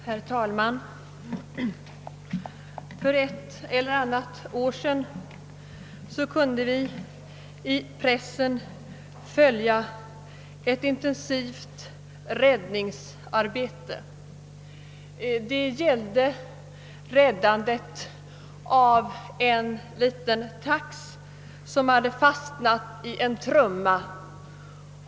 Herr talman! För ett eller annat år sedan kunde vi i pressen följa ett intensivt räddningsarbete. Det gällde en liten tax som hade fastnat i en trumma.